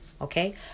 Okay